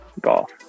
Golf